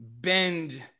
bend